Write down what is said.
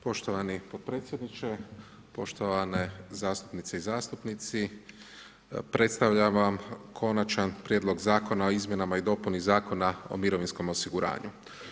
Poštovani potpredsjedniče, poštovane zastupnice i zastupnici, predstavljam vam Konačan prijedlog zakona o izmjenama i dopuni Zakona o mirovinskom osiguranju.